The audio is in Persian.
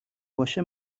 باشه